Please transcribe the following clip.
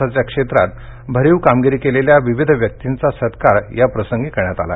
योगाभ्यासाच्या क्षेत्रात भरीव कामगिरी केलेल्या विविध व्यक्तींचा सत्कार याप्रसंगी करण्यात आला